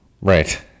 Right